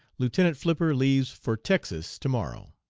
lieutenant flipper leaves for texas to-morrow.